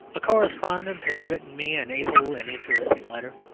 a correspondent has written me an able and interesting letter